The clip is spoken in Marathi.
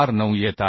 49 येत आहे